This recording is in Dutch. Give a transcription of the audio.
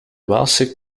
waalse